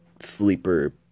sleeper